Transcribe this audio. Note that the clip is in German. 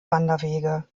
wanderwege